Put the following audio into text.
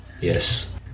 Yes